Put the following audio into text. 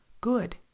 good